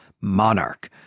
Monarch